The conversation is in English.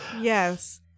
Yes